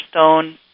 Stone